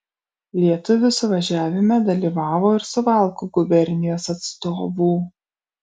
lietuvių suvažiavime dalyvavo ir suvalkų gubernijos atstovų